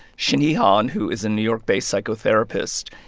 shinhee han, who is a new york-based psychotherapist.